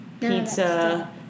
pizza